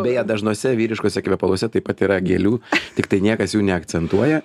beje dažnose vyriškuose kvepaluose taip pat yra gėlių tiktai niekas jų neakcentuoja